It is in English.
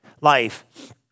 life